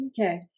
okay